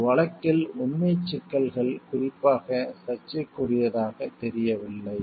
இந்த வழக்கில் உண்மைச் சிக்கல்கள் குறிப்பாக சர்ச்சைக்குரியதாகத் தெரியவில்லை